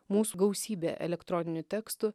mūsų gausybė elektroninių tekstų